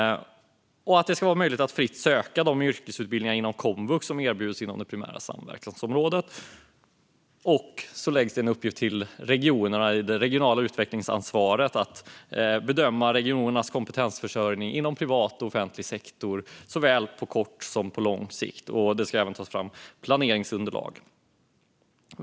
Det ska vara möjligt att fritt söka till de yrkesutbildningar inom komvux som erbjuds i det primära samverkansområdet. Det läggs även till en uppgift till regionerna i det regionala utvecklingsansvaret att bedöma regionens behov av kompetensförsörjning inom privat och offentlig sektor såväl på kort som på lång sikt. Det ska också tas fram planeringsunderlag.